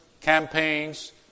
campaigns